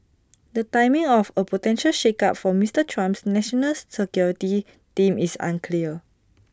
the timing of A potential shakeup for Mister Trump's national security team is unclear